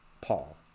Paul